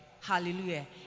hallelujah